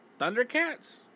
Thundercats